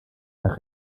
nach